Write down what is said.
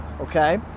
okay